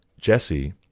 Jesse